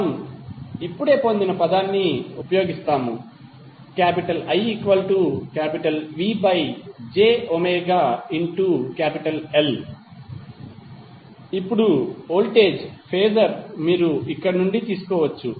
మనము ఇప్పుడే పొందిన పదాన్ని ఉపయోగిస్తాము IVjωL ఇప్పుడు వోల్టేజ్ ఫేజర్ మీరు ఇక్కడ నుండి తీసుకోవచ్చు